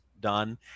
done